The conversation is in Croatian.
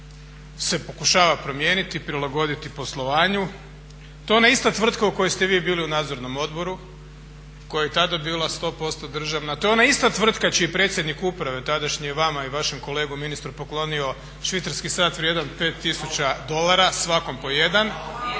se pokušava promijeniti, prilagoditi poslovanju. To je ona ista tvrtka u kojoj ste vi bili u Nadzornom odboru koja je i tada bila sto posto državna. To je ona ista tvrtka čiji je predsjednik uprave tadašnji vama i vašem kolegi ministru poklonio švicarski sat vrijedan 5000 dolara svakom po jedan.